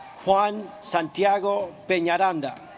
juan santiago been yolanda